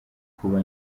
kuba